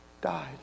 died